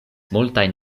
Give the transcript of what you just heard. multajn